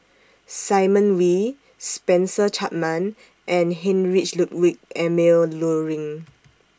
Simon Wee Spencer Chapman and Heinrich Ludwig Emil Luering